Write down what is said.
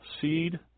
seed